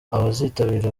abazitabira